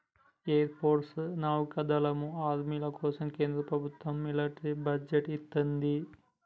air force, నౌకాదళం, ఆర్మీల కోసం కేంద్ర ప్రభత్వం మిలిటరీ బడ్జెట్ ఇత్తంది